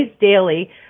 daily